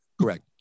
Correct